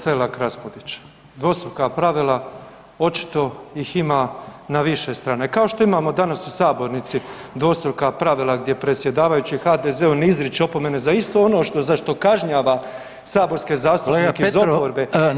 Kolegice Selak Rapudić, dvostruka pravila očito ih ima na više strana kao što imamo danas u sabornici dvostruka pravila gdje predsjedavajući HDZ-u ne izriče opomene za isto ono što, za što kažnjava saborske zastupnike iz oporbe.